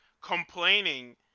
complaining